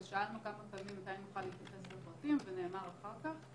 אבל שאלנו כמה פעמים מתי נוכל להתייחס לפרטים ונאמר אחר כך.